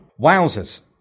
Wowzers